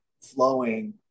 flowing